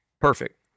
perfect